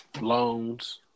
loans